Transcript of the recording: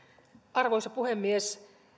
arvoisa puhemies